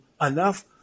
enough